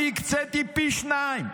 אני הקציתי פי שניים,